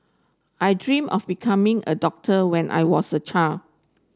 I dreamt of becoming a doctor when I was a child